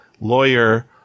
lawyer